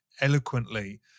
eloquently